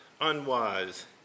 unwise